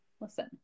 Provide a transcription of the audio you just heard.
listen